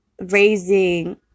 raising